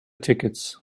tickets